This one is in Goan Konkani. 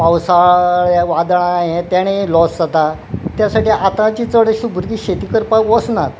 पावसाळ्या वादळां हें तेणे लॉस जाता त्या साठी आतांची चड अशी भुरगीं शेती करपाक वसनात